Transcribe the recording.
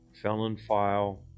felonfile